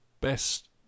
Best